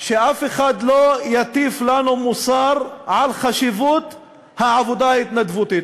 שאף אחד לא יטיף לנו מוסר על חשיבות העבודה ההתנדבותית.